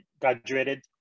graduated